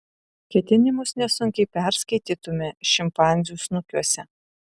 ketinimus nesunkiai perskaitytume šimpanzių snukiuose